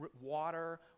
water